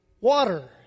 water